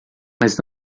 mas